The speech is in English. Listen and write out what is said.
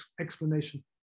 explanation